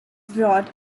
brought